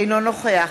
אינו נוכח